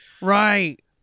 right